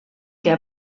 què